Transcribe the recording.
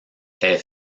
est